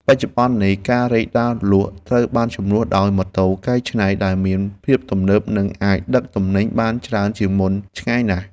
បច្ចុប្បន្ននេះការរែកដើរលក់ត្រូវបានជំនួសដោយម៉ូតូកែច្នៃដែលមានភាពទំនើប និងអាចដឹកទំនិញបានច្រើនជាងមុនឆ្ងាយណាស់។